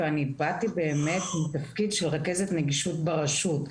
ובאתי מתפקיד של רכזת נגישות ברשות,